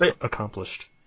accomplished